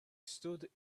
stood